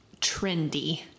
trendy